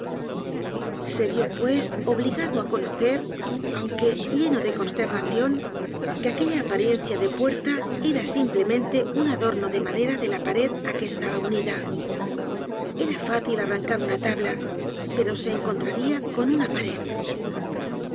se vió pues obligado á conocer aunque lleno de consternacion que aquella apariencia de puerta era simplemente un adorno de madera de la pared á que estaba unida era fácil arrancar una tabla pero se encontraria con una pared